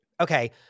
Okay